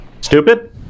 stupid